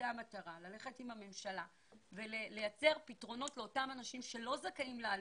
המטרה היא ללכת עם הממשלה ולייצר פתרונות לאותם אנשים שלא זכאים לעלות,